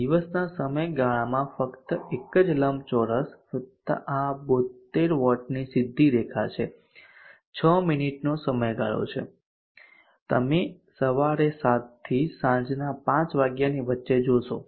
દિવસના સમયગાળામાં ફક્ત એક જ લંબચોરસ વત્તા આ 72 વોટની સીધી રેખા છે 6 મિનિટનો સમયગાળો છે તમે સવારે 7 થી સાંજના 5 વાગ્યાની વચ્ચે જોશો